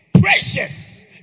Precious